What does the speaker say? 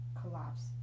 collapse